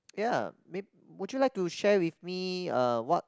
ya may would you like to share with me uh what